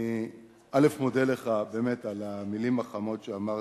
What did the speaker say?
אני מודה לך על המלים החמות שאמרת.